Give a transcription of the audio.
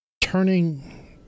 Turning